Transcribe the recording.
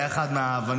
היה אחד מהאבנים,